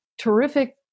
terrific